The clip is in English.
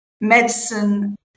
medicine